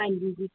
ਹਾਂਜੀ ਜੀ